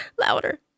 louder